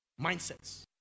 mindsets